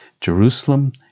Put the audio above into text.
Jerusalem